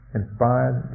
inspired